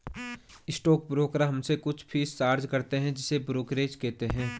stock broker हमसे कुछ fees charge करते हैं जिसे ब्रोकरेज कहते हैं